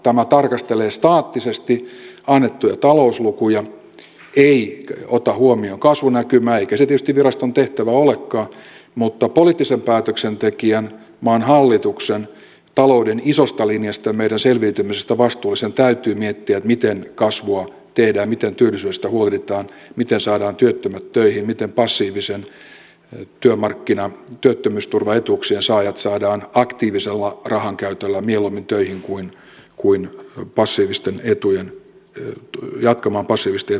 tämä tarkastelee staattisesti annettuja talouslukuja ei ota huomioon kasvunäkymää eikä se tietysti viraston tehtävä olekaan mutta poliittisen päätöksentekijän maan hallituksen talouden isosta linjasta ja meidän selviytymisestä vastuullisen täytyy miettiä miten kasvua tehdään ja miten työllisyydestä huolehditaan miten saadaan työttömät töihin miten passiivisten työmarkkina työttömyysturvaetuuksien saajat saadaan aktiivisella rahan käytöllä mieluummin töihin kuin jatkamaan passiivisten etujen käyttäjänä